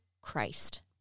Christ